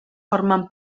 formen